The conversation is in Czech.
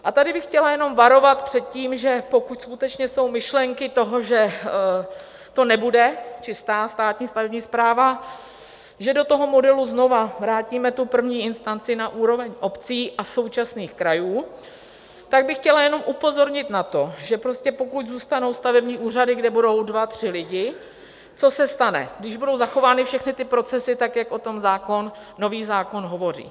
A tady bych chtěla jenom varovat před tím, že pokud skutečně jsou myšlenky toho, že to nebude čistá státní stavební správa, že do toho modelu znovu vrátíme první instanci na úroveň obcí a současných krajů, tak bych chtěla jenom upozornit na to, že pokud zůstanou stavební úřady, kde budou dva, tři lidi, co se stane, když budou zachovány všechny ty procesy tak, jak o tom zákon, nový zákon hovoří?